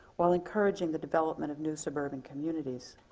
while encouraging the development of new suburban communities.